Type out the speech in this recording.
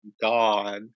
God